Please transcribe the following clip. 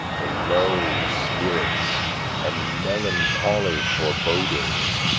the low spirits and melancholy forebodings,